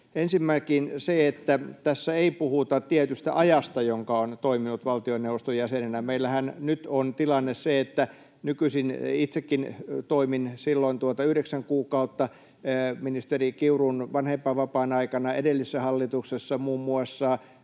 Ensinnäkin se, että tässä ei puhuta tietystä ajasta, jonka on toiminut valtioneuvoston jäsenenä. Meillähän nyt on tilanne se, että itsekin toimin silloin yhdeksän kuukautta ministeri Kiurun vanhempainvapaan aikana edellisessä hallituksessa, muun muassa